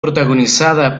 protagonizada